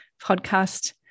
podcast